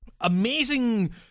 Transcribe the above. amazing